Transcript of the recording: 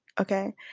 okay